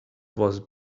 was